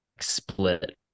split